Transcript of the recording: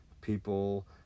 people